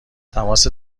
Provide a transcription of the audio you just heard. تماس